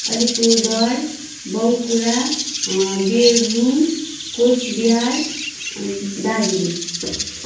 अलिपुरद्वार बाँकुरा वीरभूम कुचबिहार अनि दार्जिलिङ